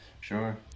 Sure